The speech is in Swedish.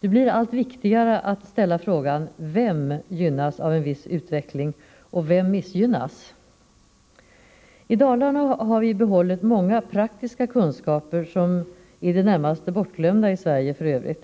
Det blir allt viktigare att ställa frågan: Vem gynnas av en viss utveckling, och vem missgynnas? I Dalarna har vi behållit många praktiska kunskaper som är i det närmaste bortglömda i övriga Sverige.